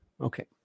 Okay